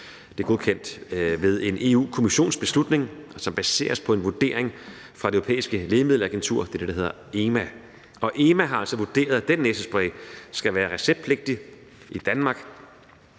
Det er godkendt ved en Europa-Kommissionsbeslutning, som baseres på en vurdering fra Det Europæiske Lægemiddelagentur – det er det, der hedder EMA – og EMA har altså vurderet, at den næsespray skal være receptpligtig. Danmark